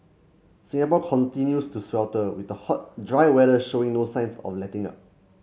Singapore continues to swelter with the hot dry weather showing no signs of letting up